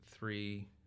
Three